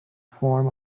form